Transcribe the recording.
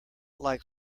like